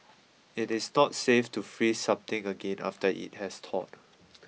it is not safe to freeze something again after it has thawed